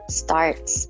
starts